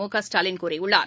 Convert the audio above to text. முகஸ்டாலின் கூறியுள்ளார்